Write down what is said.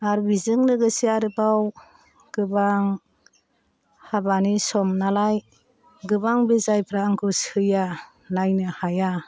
आर बिजों लोगोसे आरोबाव गोबां हाबानि सम नालाय गोबां बे जायफ्रा आंखौ सैया नायनो हाया